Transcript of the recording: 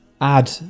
add